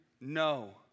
no